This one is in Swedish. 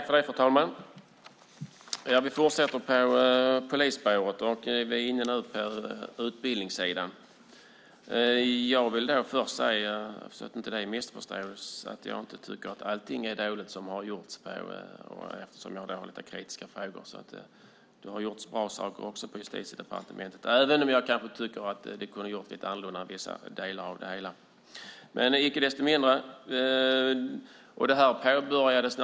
Fru talman! Vi fortsätter på polisspåret. Vi är nu inne på utbildningssidan. Jag vill först säga, så att mina kritiska frågor inte missförstås, att jag inte tycker att allting är dåligt som har gjorts. Det har gjorts bra saker också på Justitiedepartementet, även om jag tycker att vissa delar av det hela kunde ha gjorts lite annorlunda.